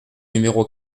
numéro